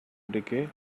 decay